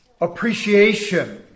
appreciation